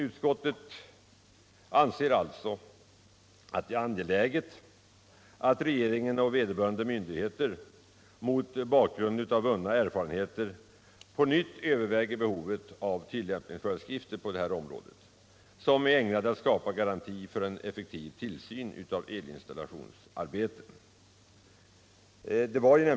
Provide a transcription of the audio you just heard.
Utskottet anser alltså att det är angeläget att regeringen och vederbörande myndigheter mot bakgrund av vunna erfarenheter på nytt överväger behovet av tillämpningsföreskrifter på området, ägnade att skapa garanti för en effektiv tillsyn av elinstallationsarbete.